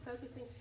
focusing